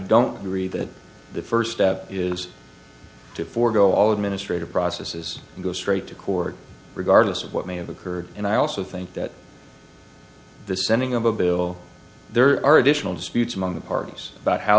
don't agree that the first step is to forgo all administrative processes and go straight to court regardless of what may have occurred and i also think that the sending of a bill there are additional disputes among the parties about how